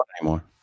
anymore